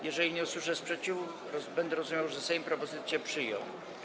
Jeżeli nie usłyszę sprzeciwu, będę rozumiał, że Sejm propozycję przyjął.